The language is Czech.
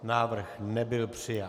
Návrh nebyl přijat.